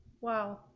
Wow